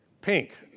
Pink